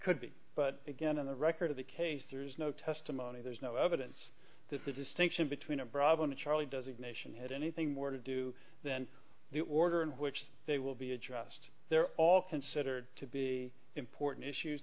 could be but again on the record of the case there is no testimony there's no evidence that the distinction between a problem and charlie designation had anything more to do than the order in which they will be adjust they're all considered to be important issues